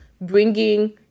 bringing